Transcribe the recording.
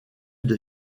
des